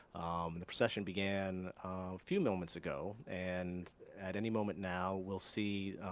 the procession began a few moments ago, and at any moment now, we'll see